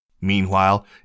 Meanwhile